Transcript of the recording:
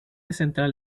central